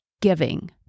giving